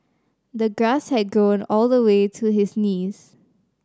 the grass had grown all the way to his knees